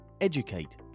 educate